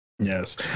Yes